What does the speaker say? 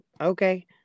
okay